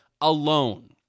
alone